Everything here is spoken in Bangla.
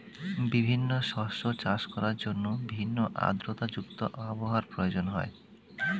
বিভিন্ন শস্য চাষ করার জন্য ভিন্ন আর্দ্রতা যুক্ত আবহাওয়ার প্রয়োজন হয়